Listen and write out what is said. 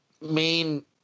main